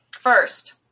First